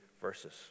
verses